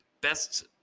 best